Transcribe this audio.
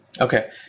Okay